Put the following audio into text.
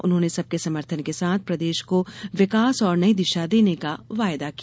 उन्होंने सबके समर्थन के साथ प्रदेश को विकास और नई दिशा देने का वायदा किया